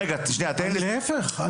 להיפך.